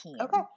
Okay